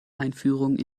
einführung